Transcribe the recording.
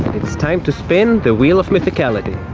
it's time to spin the wheel of mythicality.